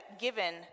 given